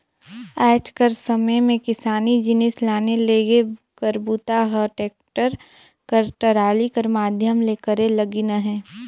आएज कर समे मे किसानी जिनिस लाने लेगे कर बूता ह टेक्टर कर टराली कर माध्यम ले करे लगिन अहे